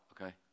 okay